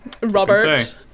Robert